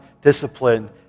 discipline